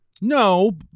No